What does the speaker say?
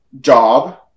job